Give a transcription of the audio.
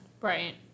Right